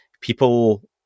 people